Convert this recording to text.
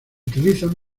utilizan